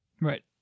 Right